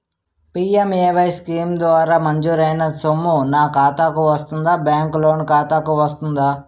PMAY scheme ద్వారా మంజూరైన సొమ్ము నా ఖాతా కు వస్తుందాబ్యాంకు లోన్ ఖాతాకు వస్తుందా?